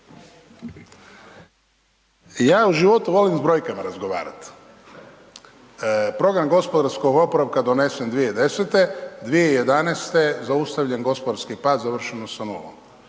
Ja u životu volim s brojkama razgovarat, program gospodarskog oporavka je donesen 2010., zaustavljen gospodarski pad, završeno sa nulom.